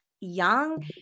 young